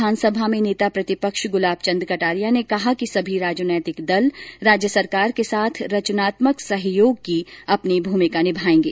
विधानसभा में नेता प्रतिपक्ष गुलाब चन्द कटारिया ने कहा कि सभी राजनैतिक दल राज्य सरकार के साथ रचनात्मक सहयोग की अपनी भूमिका निभाएंगे